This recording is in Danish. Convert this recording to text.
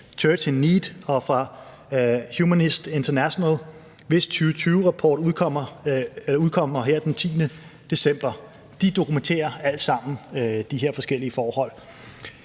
Church in Need og Humanists International, hvis 2020-rapport udkommer her den 10. december. De dokumenterer alle sammen de her forskellige forhold.